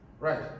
Right